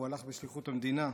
הוא הלך בשליחות המדינה,